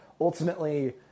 ultimately